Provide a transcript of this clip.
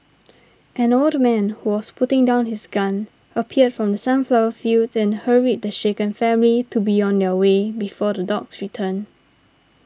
an old man who was putting down his gun appeared from the sunflower fields and hurried the shaken family to be on their way before the dogs return